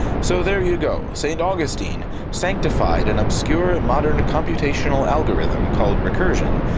so there you go, st. augustine sanctified an obscure modern computational algorithm called recursion,